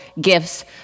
gifts